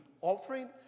offering